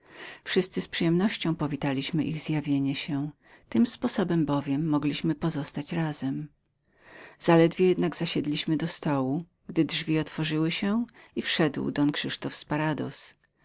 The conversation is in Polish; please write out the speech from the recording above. wszyscy z przyjemnością powitaliśmy ich zjawienie się tym sposobem bowiem mogliśmy pozostać razem zaledwo zasiedliśmy do stołu gdy drzwi otworzyły się i wszedł don krzysztof